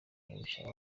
mubisha